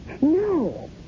No